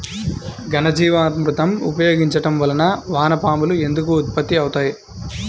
ఘనజీవామృతం ఉపయోగించటం వలన వాన పాములు ఎందుకు ఉత్పత్తి అవుతాయి?